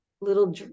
little